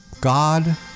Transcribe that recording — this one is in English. God